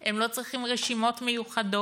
הם לא צריכים רשימות מיוחדות.